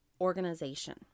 organization